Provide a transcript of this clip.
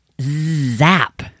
zap